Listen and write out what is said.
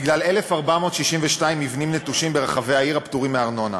בגלל 1,462 מבנים נטושים ברחבי העיר הפטורים מארנונה.